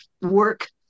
work